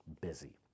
busy